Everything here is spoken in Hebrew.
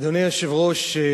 אדוני היושב-ראש,